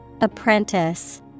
Apprentice